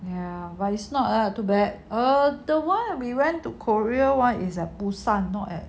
ya but it's not lah too bad or the why are we went to korea [one] is at busan not at